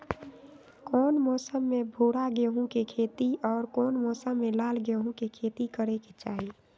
कौन मौसम में भूरा गेहूं के खेती और कौन मौसम मे लाल गेंहू के खेती करे के चाहि?